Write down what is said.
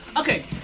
Okay